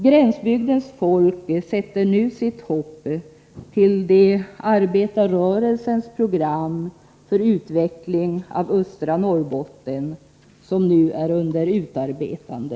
Gränsbygdens folk sätter nu sitt hopp till det arbetarrörelsens program för utveckling av östra Norrbotten som är under utarbetande.